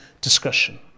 discussion